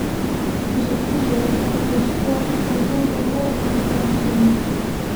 tai šiek tiek žeidžia kol paaiškėja kad paaugliai daug geresnės formos už mus